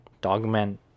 Dogman